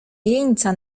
jeńca